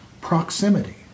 proximity